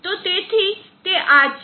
તો તેથી તે આ છે